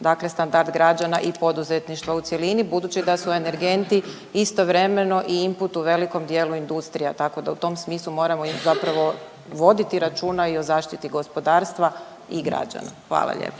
dakle standard građana i poduzetništva u cjelini budući da su energenti istovremeno i imput u velikom dijelu industrije, tako da u tom smislu moramo zapravo voditi računa i o zaštiti gospodarstva i građana. **Jandroković, Gordan